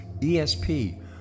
ESP